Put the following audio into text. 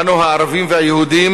אנו, הערבים והיהודים,